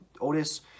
Otis